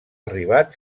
arribat